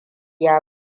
ya